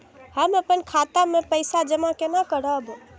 हम अपन खाता मे पैसा जमा केना करब?